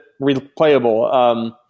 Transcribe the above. replayable